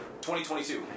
2022